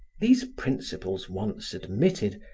these principles once admitted,